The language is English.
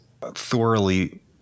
thoroughly